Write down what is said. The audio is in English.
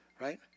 Right